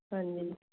ਹਾਂਜੀ